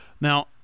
Now